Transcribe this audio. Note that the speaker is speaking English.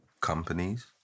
companies